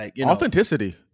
Authenticity